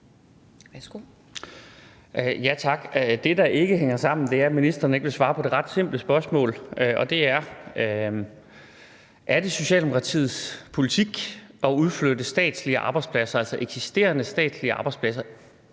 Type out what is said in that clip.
(V): Tak. Det, der ikke hænger sammen, er, at ministeren ikke vil svare på det ret simple spørgsmål, og det er: Er det Socialdemokratiets politik at udflytte statslige arbejdspladser, altså eksisterende statslige arbejdspladser,